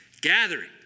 gathering